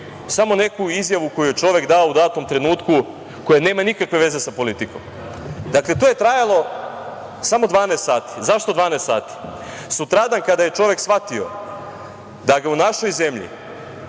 samo neku izjavu koju je čovek dao u datom trenutku, koja nema nikakve veze sa politikom. Dakle, to je trajalo samo 12 sati. Zašto 12 sati? Sutradan kada je čovek shvatio da ga u našoj zemlji,